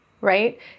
right